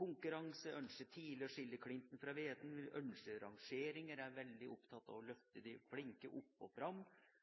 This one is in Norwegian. konkurranse – ønsker tidlig å skille klinten fra hveten, ønsker rangeringer, er veldig opptatt av å løfte de flinke opp og fram